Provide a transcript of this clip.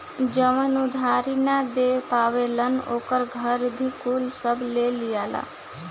जवन उधारी ना दे पावेलन ओकर घर भी कुल सब ले लियाला